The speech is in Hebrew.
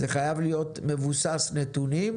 זה חייב להיות מבוסס נתונים,